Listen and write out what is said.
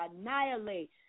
annihilate